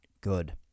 good